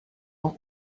ans